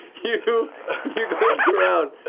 you you glance around,